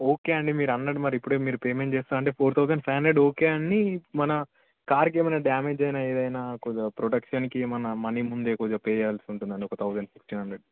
okay అండి మీరు అనలేదు మరి ఇప్పుడే మీరు పేమెంట్ చేస్తా అంటే four thousand five hundred okay అండి మన కార్కి ఏమైనా డ్యామేజ్ అయినా ఏదైనా కొంచెం ప్రొటెక్షన్కి ఏమన్నా మనీ ముందే కొంచెం పే చేయాల్సి ఉంటుందండి ఒక తౌజండ్ ఫిఫ్టీన్ హండ్రెడ్